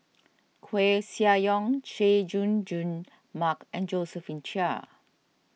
Koeh Sia Yong Chay Jung Jun Mark and Josephine Chia